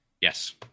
Yes